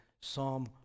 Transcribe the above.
Psalm